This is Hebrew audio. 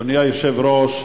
אדוני היושב-ראש,